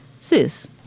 Sis